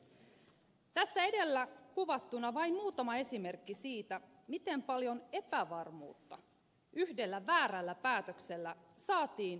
tässä edellä kuvattuna vain muutama esimerkki siitä miten paljon epävarmuutta yhdellä väärällä päätöksellä saatiin yhteiskunnassamme aikaan